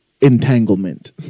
Entanglement